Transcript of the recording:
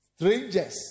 strangers